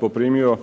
poprimio